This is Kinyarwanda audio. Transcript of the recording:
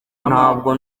ntago